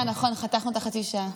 אה, נכון, חתכנו את החצי-שעה.